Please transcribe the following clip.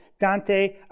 Dante